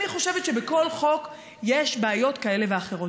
אני חושבת שבכל חוק יש בעיות כאלה ואחרות.